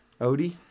Odie